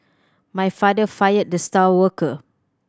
my father fired the star worker